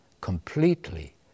completely